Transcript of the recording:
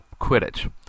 Quidditch